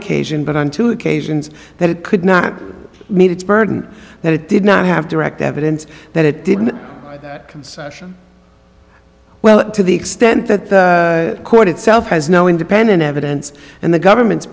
occasions that it could not meet its burden that it did not have direct evidence that it didn't section well to the extent that the court itself has no independent evidence and the government's